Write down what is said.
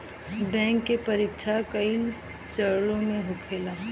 bank के परीक्षा कई चरणों में होखेला